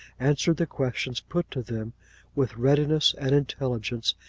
answered the questions put to them with readiness and intelligence,